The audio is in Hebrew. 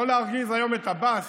לא להרגיז היום את עבאס,